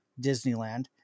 Disneyland